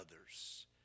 others